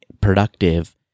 productive